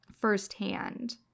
firsthand